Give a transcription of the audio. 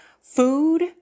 food